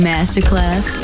Masterclass